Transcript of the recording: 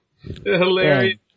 Hilarious